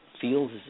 feels